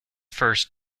first